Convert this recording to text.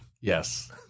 Yes